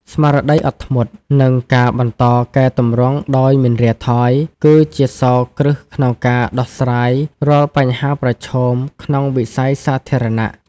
ស្មារតីអត់ធ្មត់ និងការបន្តកែទម្រង់ដោយមិនរាថយ គឺជាសោរគ្រឹះក្នុងការដោះស្រាយរាល់បញ្ហាប្រឈមក្នុងវិស័យសាធារណៈ។